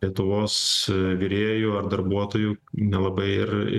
lietuvos virėjų ar darbuotojų nelabai ir